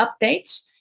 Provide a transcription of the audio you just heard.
updates